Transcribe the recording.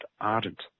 ardent